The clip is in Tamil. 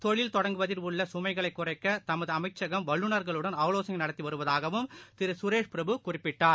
தொழில் தொடங்குவதில் உள்ளசுமைகளைக்கதமதுஅமைச்சகம் வல்லுனர்களுடன் ஆலோசனைகள் நடத்திவருவதாகவும் திருசுரேஷ் பிரவு குறிப்பிட்டார்